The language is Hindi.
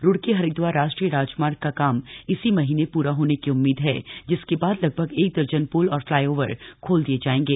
रुड़की हरिद्वार राष्ट्रीय राजमार्ग का काम इसी महीने पूरा होने की उम्मीद हप्त जिसके बाद लगभग एक दर्जन प्ल और फ्लाईओवर खोल दिए जाएंगे